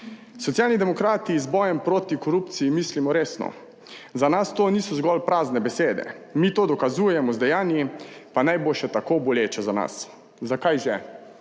Socialni demokrati z bojem proti korupciji mislimo resno. Za nas to niso zgolj prazne besede, mi to dokazujemo z dejanji, pa naj bo še tako boleče za nas. Zakaj, že?